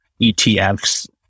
ETFs